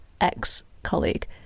ex-colleague